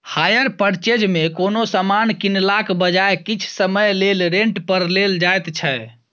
hire purchase मे कोनो समान कीनलाक बजाय किछ समय लेल रेंट पर लेल जाएत छै